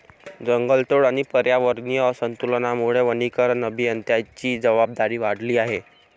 जंगलतोड आणि पर्यावरणीय असंतुलनामुळे वनीकरण अभियंत्यांची जबाबदारी वाढली आहे